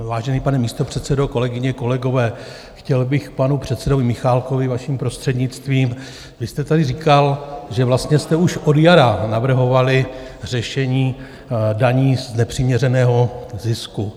Vážený pane místopředsedo, kolegyně, kolegové, chtěl bych k panu předsedovi Michálkovi, vaším prostřednictvím vy jste tady říkal, že vlastně jste už od jara navrhovali řešení daní z nepřiměřeného zisku.